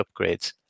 upgrades